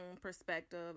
perspective